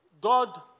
God